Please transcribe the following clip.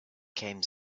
came